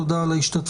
תודה על השתתפותכם.